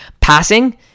passing